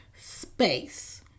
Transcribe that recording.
space